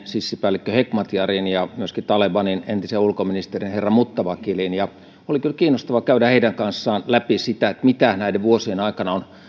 sissipäällikkö hekmatyarin ja myöskin talebanin entisen ulkoministerin herra muttawakilin oli kyllä kiinnostavaa käydä heidän kanssaan läpi sitä mitä näiden vuosien aikana on